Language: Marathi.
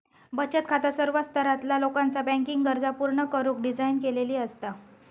बचत खाता सर्व स्तरातला लोकाचा बँकिंग गरजा पूर्ण करुक डिझाइन केलेली असता